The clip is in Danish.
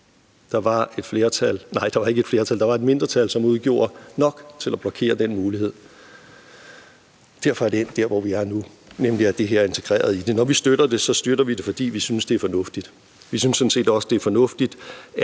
Der var et mindretal, som udgjorde nok til at blokere den mulighed. Derfor er det endt der, hvor vi er nu, nemlig at det her er integreret i det. Når vi støtter det, støtter vi det, fordi vi synes, det er fornuftigt.